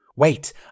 wait